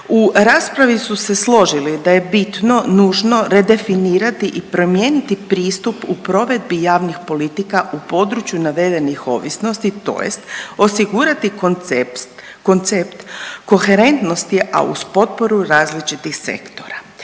u raspravi su se složili da je bitno, nužno redefinirati i promijeniti pristup u provedbi javnih politika u području navedenih ovisnosti tj. osigurati koncept koherentnosti, a uz potporu različitih sektora.